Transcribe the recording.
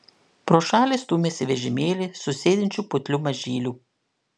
pro šalį stūmėsi vežimėlį su sėdinčiu putliu mažyliu